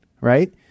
right